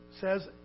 says